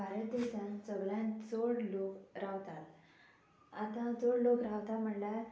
भारत देशान सगळ्यांत चड लोक रावतात आतां चड लोक रावता म्हणल्यार